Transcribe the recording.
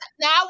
Now